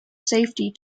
safety